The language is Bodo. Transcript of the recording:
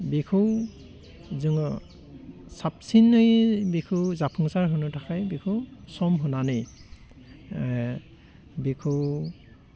बेखौ जोङो साबसिनै बिखौ जाफुंसार होनो थाखाय बिखौ सम होनानै बिखौ